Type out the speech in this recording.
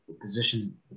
position